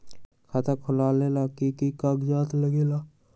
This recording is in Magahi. खाता खोलेला कि कि कागज़ात लगेला?